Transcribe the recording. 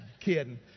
kidding